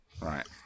Right